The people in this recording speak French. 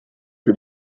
que